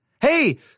Hey